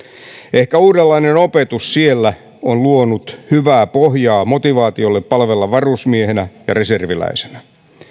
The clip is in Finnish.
ehkä uudenlainen opetus siellä on luonut hyvää pohjaa motivaatiolle palvella varusmiehenä ja reserviläisenä